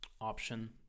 option